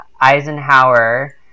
Eisenhower